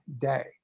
day